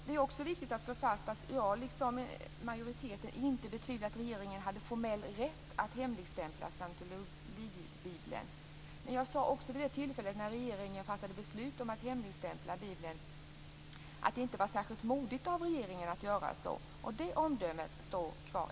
Det är också viktigt att slå fast att regeringen inte hade formell rätt att hemligstämpla scientologbibeln. När regeringen fattade beslut om att hemligstämpla den sade jag att det inte var särskilt modigt av regeringen att göra så. Det omdömet står kvar.